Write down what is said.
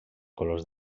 colors